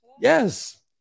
Yes